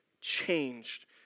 changed